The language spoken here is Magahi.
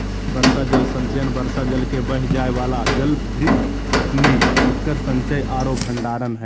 वर्षा जल संचयन वर्षा जल के बह जाय वाला जलभृत में उकर संचय औरो भंडारण हइ